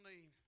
need